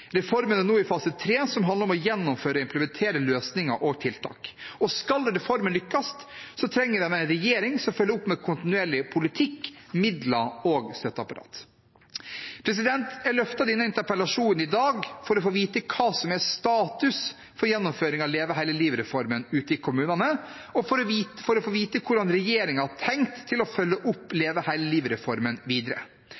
Reformen er nå i fase 3, som handler om å gjennomføre og implementere løsninger og tiltak. Skal reformen lykkes, trenger vi en regjering som følger opp med kontinuerlig politikk, midler og støtteapparat. Jeg fremmer denne interpellasjonen i dag for å få vite hva som er status for gjennomføring av Leve hele livet-reformen ute i kommunene, og for å få vite hvordan regjeringen har tenkt å følge opp